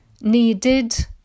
needed